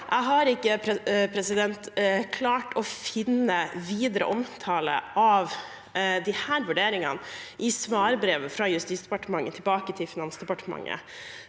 Jeg har ikke klart å finne videre omtale av disse vurderingene i svarbrevet fra Justisdepartementet tilbake til Finansdepartementet.